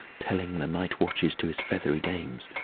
telling the night-watches to his feathery dames,